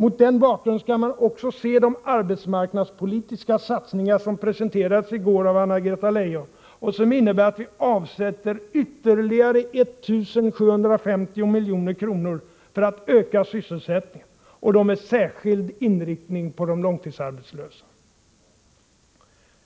Mot den bakgrunden skall man också se de arbetsmarknadspolitiska satsningar som presenterades i går av Anna-Greta Leijon och som innebär att vi avsätter ytterligare 1 750 milj.kr. för att öka sysselsättningen — och då med särskild inriktning på de långtidsarbetslösa.